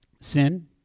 sin